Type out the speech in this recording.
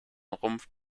rumpf